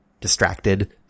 distracted